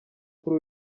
kuri